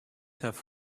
have